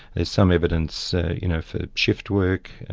there's some evidence ah you know for shift work,